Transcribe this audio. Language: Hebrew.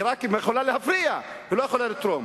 היא יכולה רק להפריע, היא לא יכולה לתרום.